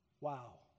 Wow